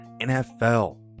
NFL